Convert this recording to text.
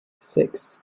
six